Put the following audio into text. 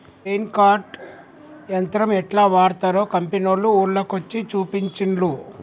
grain cart యంత్రం యెట్లా వాడ్తరో కంపెనోళ్లు ఊర్ల కొచ్చి చూపించిన్లు